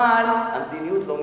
אבל המדיניות לא משתנית,